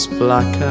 black